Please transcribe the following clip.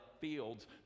fields